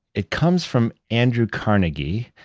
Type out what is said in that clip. it comes from andrew carnegie,